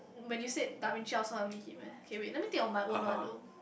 when you said Da-Vinci I also want to meet him eh okay wait let me think of my own one though